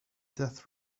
death